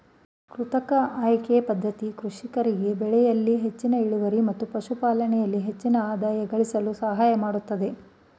ಕೃತಕ ಆಯ್ಕೆಯ ಪದ್ಧತಿ ಕೃಷಿಕರಿಗೆ ಬೆಳೆಯಲ್ಲಿ ಹೆಚ್ಚಿನ ಇಳುವರಿ ಮತ್ತು ಪಶುಪಾಲನೆಯಲ್ಲಿ ಹೆಚ್ಚಿನ ಆದಾಯ ಗಳಿಸಲು ಸಹಾಯಮಾಡತ್ತದೆ